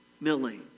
Millie